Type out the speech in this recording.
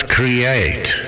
create